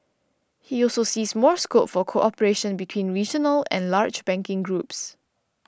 he also sees more scope for cooperation between regional and large banking groups